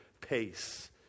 pace